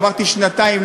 אמרתי שנתיים,